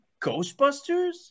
Ghostbusters